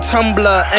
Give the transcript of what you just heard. Tumblr